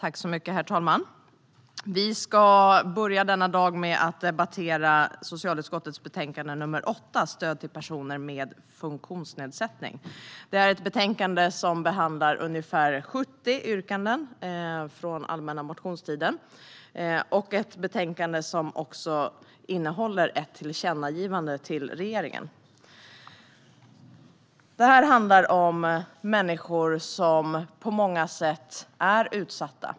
Herr talman! Vi ska börja denna dag med att debattera socialutskottets betänkande nr 8, Stöd till personer med funktionsnedsättning . Det är ett betänkande som behandlar ungefär 70 yrkanden från allmänna motionstiden, och det är ett betänkande som innehåller ett tillkännagivande till regeringen. Det här handlar om människor som på många sätt är utsatta.